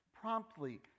promptly